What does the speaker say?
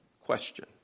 Question